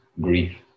grief